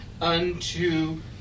unto